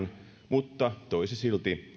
mutta toisi silti